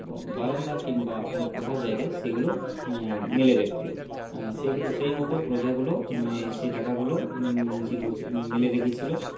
বারান্দা কিংবা কোনও ফাঁকা জায়গায় সেগুলো মেলে রাখতে সেগুলো সেই মতো প্রজাগুলো সে টাকাগুলো মেলে রেখেছিল